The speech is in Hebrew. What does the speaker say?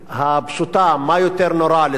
הפשוטה: מה יותר נורא,